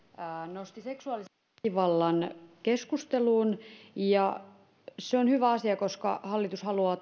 nosti seksuaalisen väkivallan keskusteluun ja se on hyvä asia koska hallitus haluaa